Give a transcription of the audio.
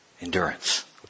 endurance